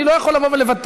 אני לא יכול לבוא ולבטל,